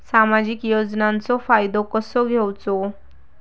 सामाजिक योजनांचो फायदो कसो घेवचो?